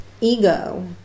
ego